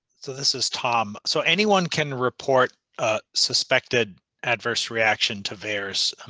so this is tom. so anyone can report suspected adverse reaction to vaers.